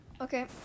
Okay